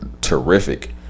terrific